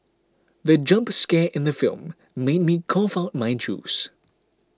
the jump scare in the film made me cough out my juice